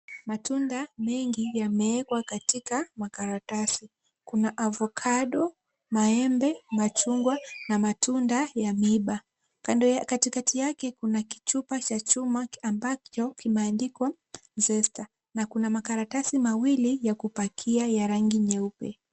Matunda mengi yameekwa katika makaratasi. Kuna ovacado , maembe, machungwa na matunda ya miiba. Katikati yake kuna kichupa cha chuma ambacho kimeandikwa Zesta na kuna makaratasi mawili ya kupackia ya rangi nyeupe.